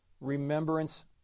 remembrance